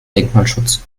denkmalschutz